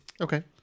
Okay